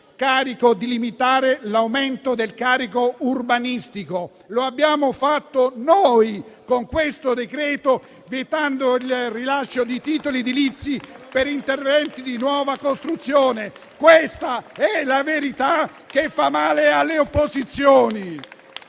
di limitare l'aumento del carico urbanistico. Lo abbiamo fatto noi con questo decreto-legge, vietando il rilascio di titoli edilizi per interventi di nuova costruzione. Questa è la verità che fa male alle opposizioni.